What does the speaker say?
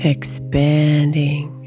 Expanding